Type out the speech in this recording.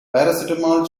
paracetamol